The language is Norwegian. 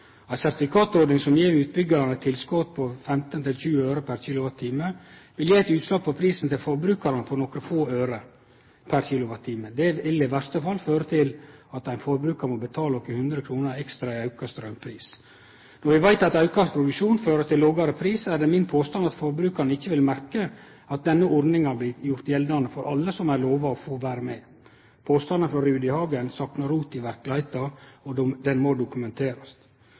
Ei sertifikatordning som gjev utbyggjarane eit «tilskot» på 15–20 øre pr. kWh, vil gje eit utslag i prisen til forbrukarane på nokre få øre pr. kWh. Det vil i verste fall føre til at ein forbrukar må betale nokre hundre kroner ekstra i auka straumpris. Når vi veit at auka produksjon fører til lågare pris, er det min påstand at forbrukaren ikkje vil merke at denne ordninga blir gjord gjeldande for alle som var lova å få vere med. Påstanden frå Rudihagen saknar rot i verkelegheita, og han må dokumenterast.